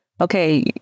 okay